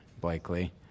Blakely